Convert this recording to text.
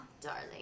darling